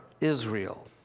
Israel